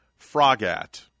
Frogat